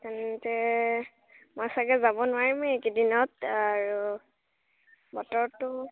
তেন্তে মই চাগৈ যাব নোৱাৰিমে এইকেইদিনত আৰু বতৰটো